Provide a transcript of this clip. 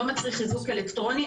זה לא מצריך איזוק אלקטרוני,